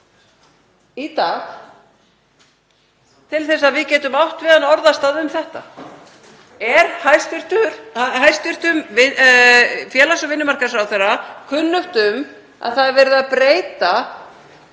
í dag til þess að við getum átt við hann orðastað um þetta. Er hæstv. félags- og vinnumarkaðsráðherra kunnugt um að það er verið að breyta